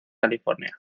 california